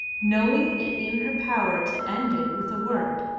knowing it in her power to end it with a word,